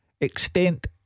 extent